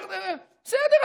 אומר: בסדר,